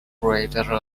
crater